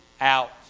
out